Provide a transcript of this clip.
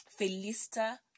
Felista